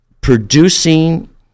producing